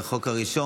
יהיה החוק הראשון,